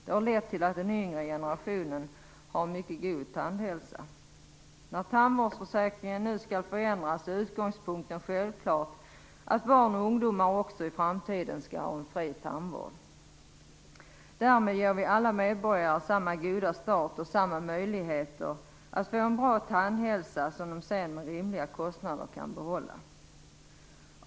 Det har lett till att den yngre generationen har en mycket god tandhälsa. När tandvårdsförsäkringen nu skall förändras är utgångspunkten självklart att barn och ungdomar också i framtiden skall ha en fri tandvård. Därmed ger vi alla medborgare samma goda start och samma möjligheter att få en bra tandhälsa som de sedan med rimliga kostnader kan behålla.